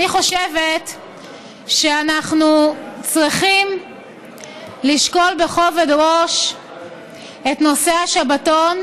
אני חושבת שאנחנו צריכים לשקול בכובד ראש את נושא השבתון.